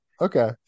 Okay